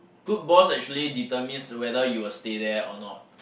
good boss actually determines whether you will stay there or not